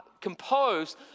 composed